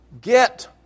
Get